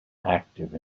active